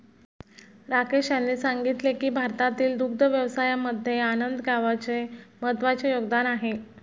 राकेश यांनी सांगितले की भारतातील दुग्ध व्यवसायामध्ये आनंद गावाचे महत्त्वाचे योगदान आहे